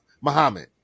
Muhammad